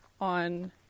on